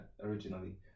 originally